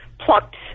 plucked